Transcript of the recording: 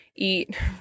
eat